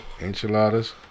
Enchiladas